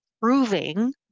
proving